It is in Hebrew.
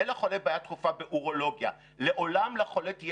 אין לחולה בעיה דחופה באורולוגיה.